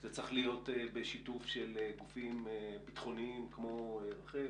שזה צריך להיות בשיתוף של גופים ביטחוניים כמו רח"ל,